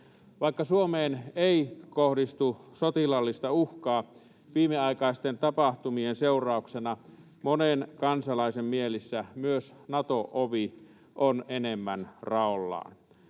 Vaikka Suomeen ei kohdistu sotilaallista uhkaa, viimeaikaisten tapahtumien seurauksena monen kansalaisen mielissä myös Nato-ovi on enemmän raollaan.